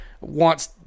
wants